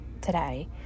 today